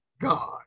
God